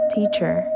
Teacher